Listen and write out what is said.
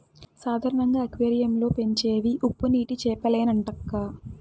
సాధారణంగా అక్వేరియం లో పెంచేవి ఉప్పునీటి చేపలేనంటక్కా